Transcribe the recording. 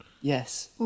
yes